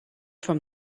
from